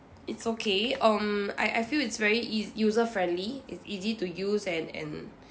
it's okay um I I feel it's very is user-friendly is easy to use and and